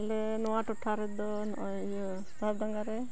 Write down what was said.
ᱟᱞᱮ ᱱᱚᱣᱟ ᱴᱚᱴᱷᱟ ᱨᱮᱫ ᱱᱚᱜᱼᱚᱭ ᱤᱭᱟᱹ ᱥᱟᱦᱮᱵᱽ ᱰᱟᱝᱜᱟᱨᱮ